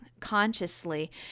Consciously